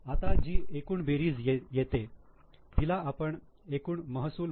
आता जी एकूण बेरीज येते तिला आपण एकूण महसूल म्हणू